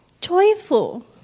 joyful